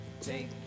Take